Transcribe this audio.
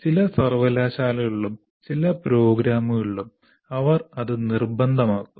ചില സർവകലാശാലകളിലും ചില പ്രോഗ്രാമുകളിലും അവർ അത് നിർബന്ധമാക്കുന്നു